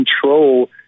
control